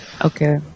okay